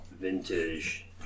vintage